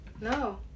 No